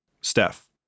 Steph